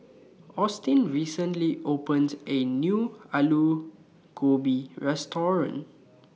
Austin recently opened A New Alu Gobi Restaurant